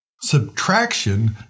Subtraction